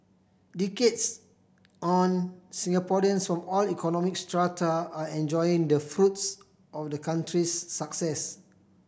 decades on Singaporeans from all economic strata are enjoying the fruits of the country's success